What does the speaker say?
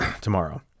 tomorrow